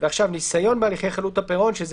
התשמ"ד-1984, "ניסיון בהליכי חדלות פירעון" (1)